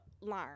learn